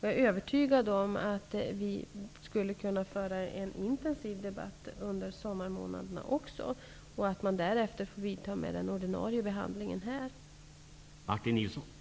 Jag är övertygad om att vi kan föra en intensiv debatt även under sommarmånaderna. Därefter kan den ordinarie behandlingen här vidta.